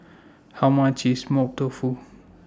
How much IS Mapo Tofu